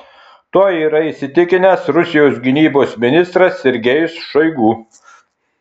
tuo yra įsitikinęs rusijos gynybos ministras sergejus šoigu